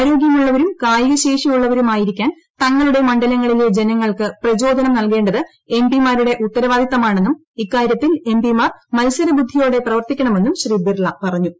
ആരോഗ്യമുളളവരും കായിക ശേഷിയുളളവരുമായിരിക്കാൻ തങ്ങളുടെ മണ്ഡലങ്ങളിലെ ജനങ്ങൾക്ക് പ്രചോദനം നൽകേ ത് എം പി മാരുടെ ഉത്തരവാദിത്തമാണെന്നും ഇ്ക്കാര്യത്തിൽ എം പി മാർ മത്സരബുദ്ധിയോടെ പ്രവർത്തിക്കണമെന്നും പ്രശ്രീ ബിർള പറഞ്ഞു